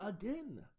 again